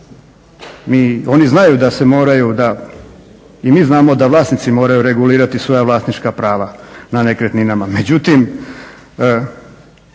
oni znaju da se moraju, i mi znamo da vlasnici moraju regulirati svoja vlasnička prava na nekretninama.